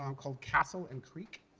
um called castle and creek,